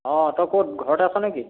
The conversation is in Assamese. অঁ তই ক'ত ঘৰতে আছ নে কি